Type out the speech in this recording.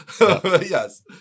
Yes